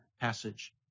passage